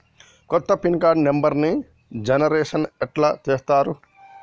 కొత్త pin card నెంబర్ని generation ఎట్లా చేత్తరు?